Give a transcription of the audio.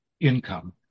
income